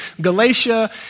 Galatia